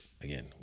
again